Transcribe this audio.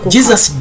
Jesus